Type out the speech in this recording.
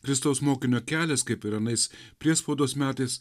kristaus mokinio kelias kaip ir anais priespaudos metais